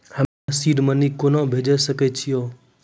हम्मे seed money कोना भेजी सकै छिओंन